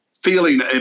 feeling